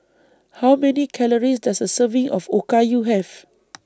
How Many Calories Does A Serving of Okayu Have